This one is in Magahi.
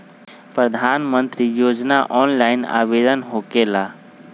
प्रधानमंत्री योजना ऑनलाइन आवेदन होकेला?